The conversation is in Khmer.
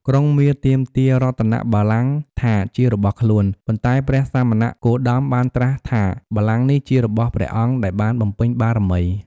ក្រុងមារទាមទាររតនបល្ល័ង្គថាជារបស់ខ្លួន ប៉ុន្តែព្រះសមណគោតមបានត្រាស់ថា បល្ល័ង្គនេះជារបស់ព្រះអង្គដែលបានបំពេញបារមី។